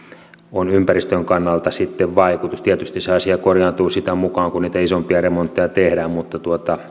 on ympäristön kannalta sitten vaikutus tietysti se asia korjaantuu sitä mukaa kun niitä isompia remontteja tehdään mutta